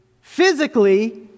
physically